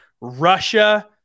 Russia